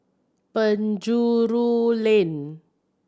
Penjuru Lane